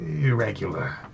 irregular